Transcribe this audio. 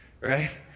right